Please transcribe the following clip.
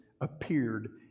appeared